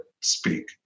speak